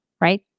right